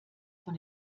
von